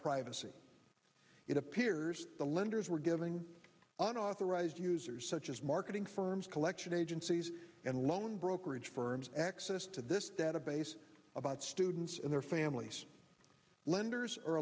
privacy it appears the lenders were giving unauthorized users such as marketing firms collection agencies and loan brokerage firms access to this database about in their families lenders are